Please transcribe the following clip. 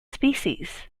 species